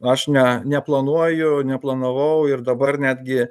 aš ne neplanuoju neplanavau ir dabar netgi